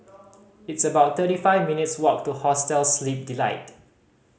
it's about thirty five minutes' walk to Hostel Sleep Delight